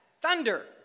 Thunder